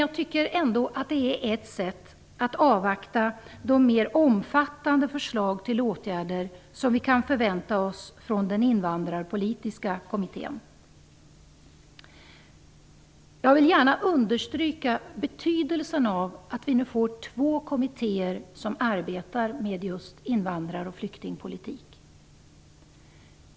Jag tycker ändå att det är ett sätt att avvakta de mer omfattande förslag till åtgärder som vi kan förvänta oss från Invandrarpolitiska kommittén. Jag vill gärna understryka betydelsen av att vi nu får två kommittéer som arbetar med just invandraroch flyktingpolitik.